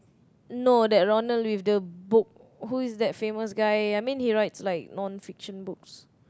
no that Ronald with the book who is that famous guy I mean he writes like non fiction books